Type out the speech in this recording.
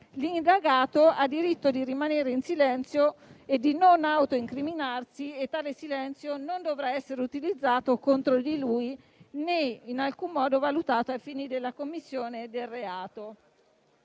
l'indagato ha diritto di rimanere in silenzio e di non autoincriminarsi e tale silenzio non dovrà essere utilizzato contro di lui né in alcun modo valutato ai fini della commissione del reato.